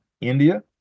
India